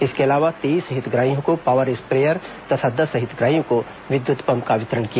इसके अलावा तेईस हितग्राहियों को पावर स्प्रेयर तथा दस हितग्राहियों को विद्युत पम्प का वितरण किया